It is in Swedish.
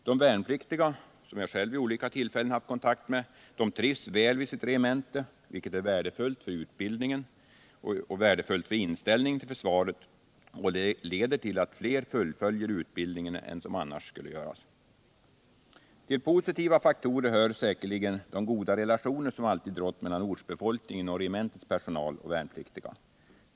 De värnpliktiga, som jag själv vid olika tillfällen haft kontakt med, trivs väl vid sitt regemente, vilket är värdefullt för utbildningen och inställningen till försvaret och leder till att fler fullföljer utbildningen än som annars skulle göra det. Till positiva faktorer hör säkerligen de goda relationer som alltid rått mellan ortsbefolkningen och regementets personal och värnpliktiga.